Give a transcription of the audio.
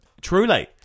Truly